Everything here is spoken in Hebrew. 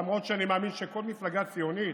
למרות שאני מאמין שכל מפלגה ציונית